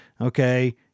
okay